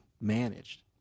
managed